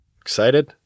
excited